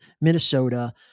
Minnesota